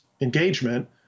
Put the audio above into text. engagement